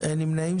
אין נמנעים.